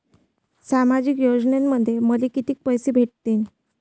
सामाजिक योजनेमंधून मले कितीक पैसे भेटतीनं?